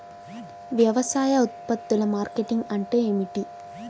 వ్యవసాయ ఉత్పత్తుల మార్కెటింగ్ అంటే ఏమిటి?